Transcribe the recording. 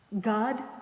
God